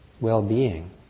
well-being